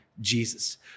Jesus